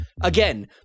Again